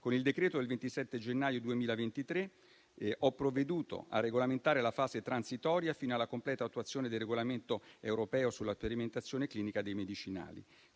Con il decreto del 27 gennaio 2023 ho provveduto a regolamentare la fase transitoria, fino alla completa attuazione del regolamento europeo sulla sperimentazione clinica dei medicinali.